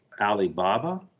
alibaba